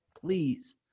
please